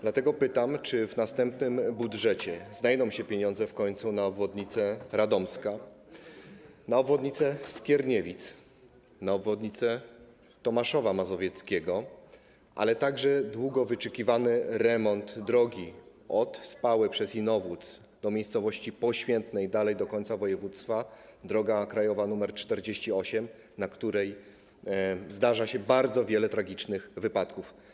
Dlatego pytam, czy w następnym budżecie znajdą się w końcu pieniądze na obwodnicę Radomska, na obwodnicę Skierniewic, na obwodnicę Tomaszowa Mazowieckiego, a także długo wyczekiwany remont drogi od Spały przez Inowłódz do miejscowości Poświętne i dalej, do końca województwa, drogi krajowej nr 48, na której zdarza się bardzo wiele tragicznych wypadków.